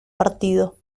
partido